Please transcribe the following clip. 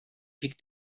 pick